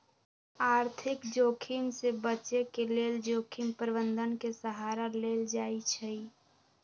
आर्थिक जोखिम से बचे के लेल जोखिम प्रबंधन के सहारा लेल जाइ छइ